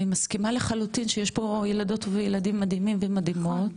אני מסכימה לחלוטין שיש פה ילדות וילדים מדהימים ומדהימות,